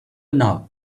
now